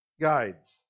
guides